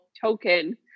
token